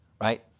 right